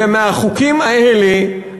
ומהחוקים האלה,